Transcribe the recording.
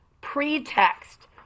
pretext